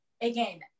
again